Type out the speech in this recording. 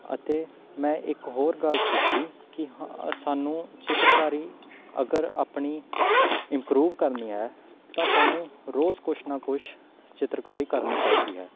ਅਤੇ ਮੈਂ ਇੱਕ ਹੋਰ ਗੱਲ ਸਿੱਖੀ ਕਿ ਹ ਸਾਨੂੰ ਚਿੱਤਰਕਾਰੀ ਅਗਰ ਆਪਣੀ ਇੰਪਰੂਵ ਕਰਨੀ ਹੈ ਤਾਂ ਸਾਨੂੰ ਰੋਜ਼ ਕੁਛ ਨਾ ਕੁਛ ਚਿੱਤਰਕਾਰੀ ਕਰਨੀ ਚਾਹੀਦੀ ਹੈ